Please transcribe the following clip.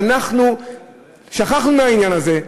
ואנחנו שכחנו מהעניין הזה.